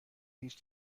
هیچ